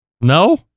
No